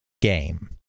game